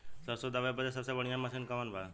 सरसों दावे बदे सबसे बढ़ियां मसिन कवन बा?